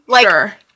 Sure